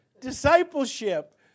discipleship